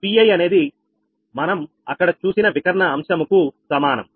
Pi అనేది మనం అక్కడ చూసిన వికర్ణ అంశము కు సమానం